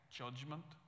judgment